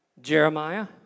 Jeremiah